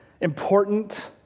important